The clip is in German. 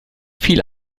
viel